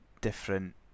different